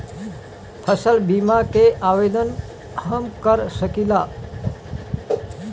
फसल बीमा के आवेदन हम कर सकिला?